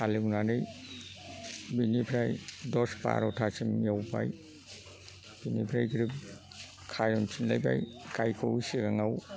हालेवनानै बिनिफ्राय दस बार'थासिम एवबाय बिनिफ्राय ग्रोब खायनफिनलायबाय गायखौ सिगाङाव